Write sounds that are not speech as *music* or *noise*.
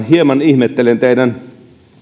*unintelligible* hieman ihmettelen teidän